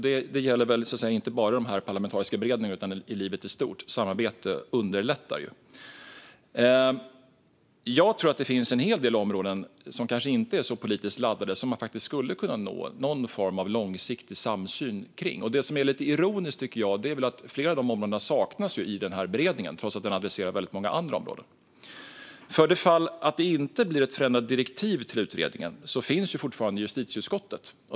Detta gäller väl inte bara i de här parlamentariska beredningarna utan även i livet i stort. Samarbete underlättar ju. Jag tror att det finns en hel del områden som kanske inte är så politiskt laddade och som man skulle kunna nå någon form av långsiktig samsyn kring. Det som är lite ironiskt, tycker jag, är att flera av de områdena saknas i beredningen trots att den tar upp väldigt många andra områden. För det fall det inte blir ett förändrat direktiv för utredningen finns ju fortfarande justitieutskottet.